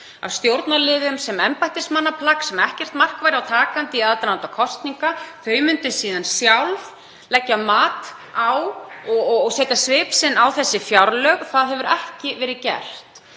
af stjórnarliðum sem embættismannaplagg sem ekkert mark væri á takandi í aðdraganda kosninga, þau myndu síðan sjálf leggja mat á og setja svip sinn á þessi fjárlög. Það hefur ekki verið gert.